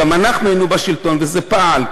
גם אנחנו היינו בשלטון וזה פעל,